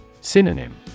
Synonym